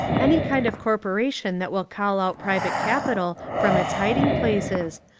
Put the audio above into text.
any kind of corporation that will call out private capital from its hiding places,